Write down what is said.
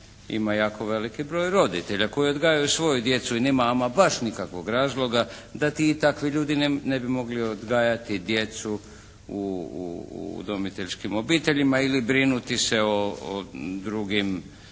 ima jako veliki broj roditelja koji odgajaju svoju djecu i nema ama baš ikakvog razloga da ti i takvi ljudi ne bi mogli odgajati djecu u udomiteljskim obiteljima ili brinuti se o drugim korisnicima